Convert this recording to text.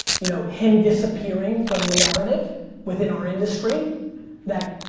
you know, him disappearing from the narrative within our industry that,